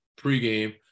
pregame